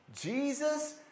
Jesus